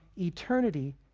eternity